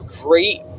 great